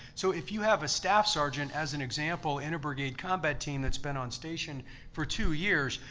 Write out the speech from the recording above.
so if you have a staff sergeant, as an example, in a brigade combat team that's been on station for two years,